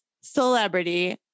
celebrity